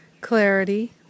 clarity